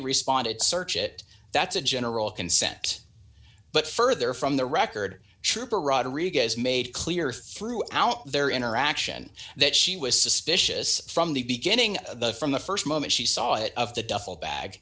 responded search it that's a general consent but further from the record trooper rodriguez made clear throughout their interaction that she was suspicious from the beginning the from the st moment she saw it of the duffel bag